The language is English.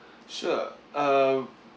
sure uh